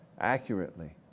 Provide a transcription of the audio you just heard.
accurately